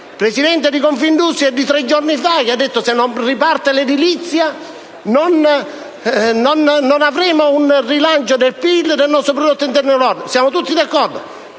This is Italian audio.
Il presidente di Confindustria, tre giorni fa, ha detto che se non riparte l'edilizia, non avremo un rilancio del prodotto interno lordo. Siamo tutti d'accordo: